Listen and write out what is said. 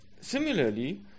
similarly